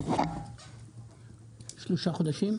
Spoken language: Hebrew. שלושה חודשים?